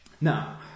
Now